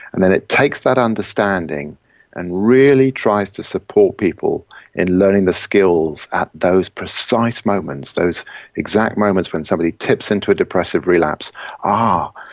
and then it takes that understanding and really tries to support people in learning the skills at those precise moments, those exact moments when somebody tips into a depressive relapses ah,